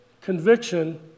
conviction